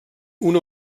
una